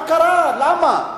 מה קרה, למה?